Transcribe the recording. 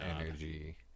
energy